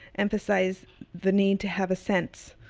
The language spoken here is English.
emphasized the need to have a sense,